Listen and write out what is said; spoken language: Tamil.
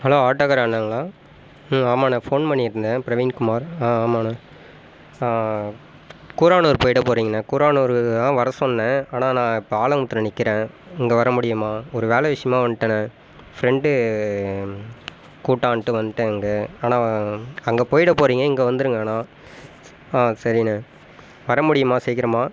ஹலோ ஆட்டோக்கார அண்ணனுங்களா ஆமாண்ணே ஃபோன் பண்ணியிருந்தேன் பிரவீன் குமார் ஆமாண்ணே கூராலூர் போயிட போகிறீங்கண்ணே கூராலூருக்குதான் வரசொன்னேன் ஆனால் நான் இப்போ ஆலமுத்துல நிற்கிறேன் இங்கே வரமுடியுமா ஒரு வேலை விஷயமாக வந்துட்டண்ண ஃபிரெண்ட்டு கூப்பிட்டான்ட்டு வந்துட்டேன் இங்கே ஆனால் அங்கே போயிட போகிறீங்க இங்கே வந்துருங்கள் ஆனால் சரிண்ண வரமுடியுமா சீக்கிரமா